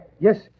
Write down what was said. Yes